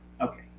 Okay